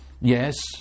Yes